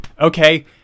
okay